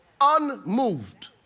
Unmoved